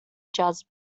жазып